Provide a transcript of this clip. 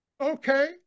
Okay